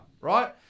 right